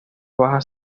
bajas